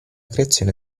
creazione